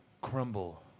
crumble